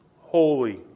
holy